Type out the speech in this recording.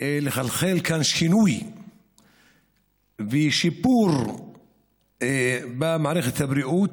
לחולל כאן שינוי ושיפור במערכת הבריאות,